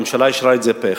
הממשלה אישרה את זה פה אחד.